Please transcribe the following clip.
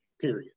period